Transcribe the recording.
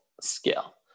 skill